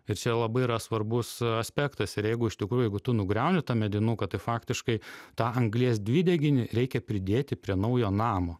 ir čia labai yra svarbus aspektas ir jeigu iš tikrųjų jeigu tu nugriauni tą medinuką tai faktiškai tą anglies dvideginį reikia pridėti prie naujo namo